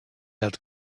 had